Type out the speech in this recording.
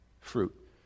fruit